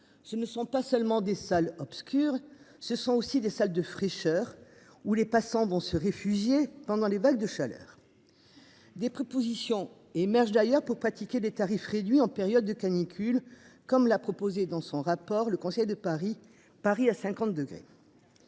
Ce ne sont pas seulement des salles obscures. Ce sont aussi des salles de fraîcheur ou les passants vont se réfugier pendant les vagues de chaleur. Des propositions émergent d'ailleurs pour pratiquer des tarifs réduits en période de canicule, comme l'a proposé dans son rapport, le Conseil de Paris, Paris à 50 degrés.